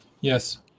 Yes